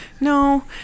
No